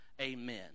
Amen